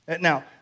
Now